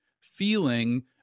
feeling